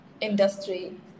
industry